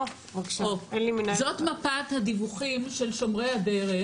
זוהי מפת הדיווחים של שומרי הדרך,